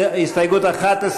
11,